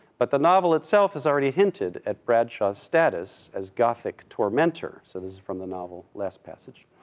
but the novel itself has already hinted at bradshaw's status as gothic tormentor, so this is from the novel, last passage,